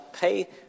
pay